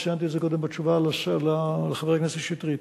ציינתי את זה קודם בתשובה לחבר הכנסת שטרית.